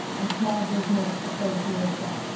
and small business association.